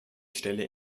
stelle